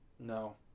no